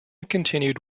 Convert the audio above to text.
continued